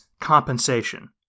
compensation